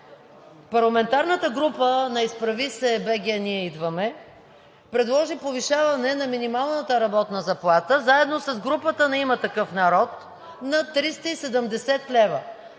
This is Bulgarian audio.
Парламентарната група на „Изправи се БГ! Ние идваме!“ предложи повишаване на минималната работна заплата заедно с групата на „Има такъв народ“ на 370 лв.